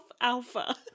Alpha